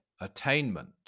attainment